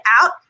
out